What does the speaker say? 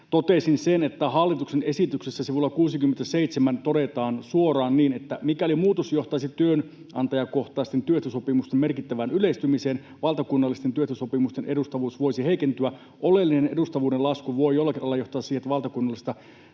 totesin sen, että hallituksen esityksessä sivulla 67 todetaan suoraan niin, että mikäli muutos johtaisi työnantajakohtaisten työehtosopimusten merkittävään yleistymiseen, valtakunnallisten työehtosopimusten edustavuus voisi heikentyä. Oleellinen edustavuuden lasku voi jollakin alalla johtaa siihen, että valtakunnallista